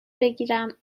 بگیرم